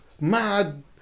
mad